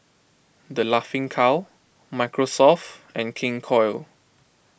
the Laughing Cow Microsoft and King Koil